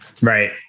Right